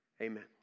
Amen